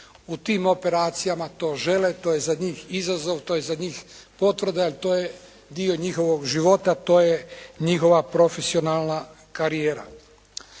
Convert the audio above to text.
u tim operacijama to žele, to je za njih izazov, to je za njih potvrda jer to je dio njihovog života, to je njihova profesionalna karijera.